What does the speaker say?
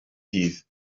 dydd